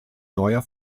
neuer